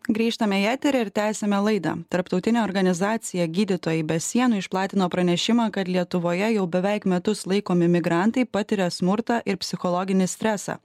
grįžtame į eterį ir tęsiame laidą tarptautinė organizacija gydytojai be sienų išplatino pranešimą kad lietuvoje jau beveik metus laikomi migrantai patiria smurtą ir psichologinį stresą